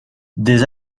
des